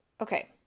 okay